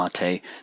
mate